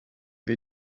wir